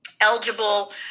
eligible